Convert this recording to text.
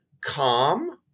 calm